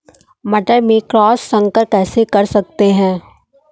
मटर में क्रॉस संकर कैसे कर सकते हैं?